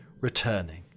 returning